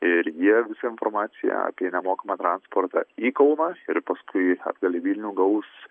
ir jie visą informaciją apie nemokamą transportą į kauną ir paskui atgal į vilnių gaus